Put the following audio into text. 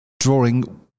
drawing